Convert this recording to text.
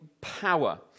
power